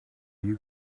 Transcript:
you